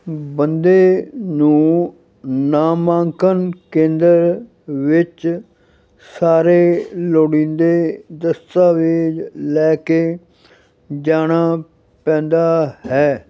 ਬੰਦੇ ਨੂੰ ਨਾਮਾਂਕਣ ਕੇਂਦਰ ਵਿੱਚ ਸਾਰੇ ਲੋੜੀਂਦੇ ਦਸਤਾਵੇਜ਼ ਲੈ ਕੇ ਜਾਣਾ ਪੈਂਦਾ ਹੈ